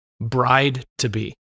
bride-to-be